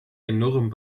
enorm